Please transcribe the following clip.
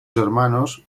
hermanos